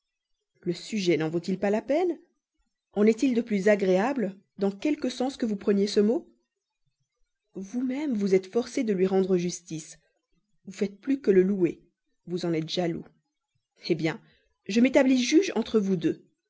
le sujet n'en vaut-il pas la peine en est-il de plus agréable dans quelque sens que vous preniez ce mot vous-même vous êtes forcé de lui rendre justice vous faites plus que le louer vous en êtes jaloux eh bien je m'établis juge entre vous deux